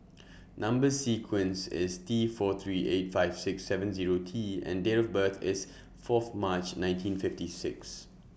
Number sequence IS T four three eight five six seven Zero T and Date of birth IS Fourth March nineteen fifty six